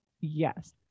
Yes